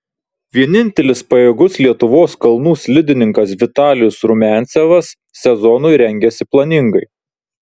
vienintelis pajėgus lietuvos kalnų slidininkas vitalijus rumiancevas sezonui rengiasi planingai